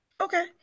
Okay